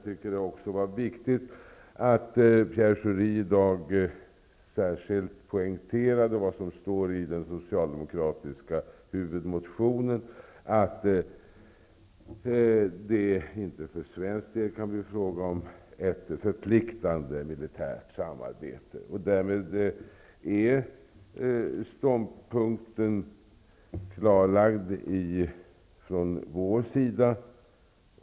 Det var också viktigt att Pierre Schori särskilt poängterade vad som står i den socialdemokratiska huvudmotionen, nämligen att det inte kan bli fråga om ett förpliktande militärt samarbete för svensk del. Därmed är ståndpunkten klarlagd från vår sida.